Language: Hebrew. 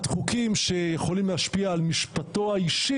חוקים שיכולים להשפיע על משפטו האישי,